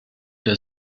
der